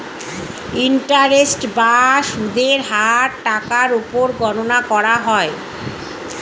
interest বা সুদের হার টাকার উপর গণনা করা হয়